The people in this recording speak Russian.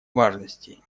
важности